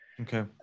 okay